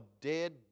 dead